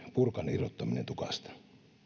purkan irrottaminen tukasta